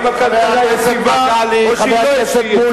האם הכלכלה יציבה או שהיא לא יציבה,